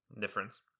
difference